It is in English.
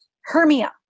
hermia